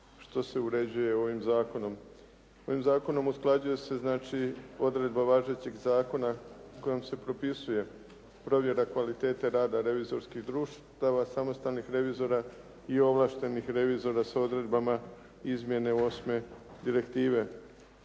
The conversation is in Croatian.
što se uređuje s ovim zakonom. Ovim zakonom usklađuje se znači odredba važećeg zakona kojom se propisuje provjera kvalitete rada revizorskih društava, samostalnih revizora i ovlaštenih revizora s odredbama izmjene osme direktive,